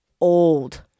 old